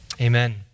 amen